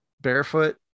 barefoot